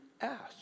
ask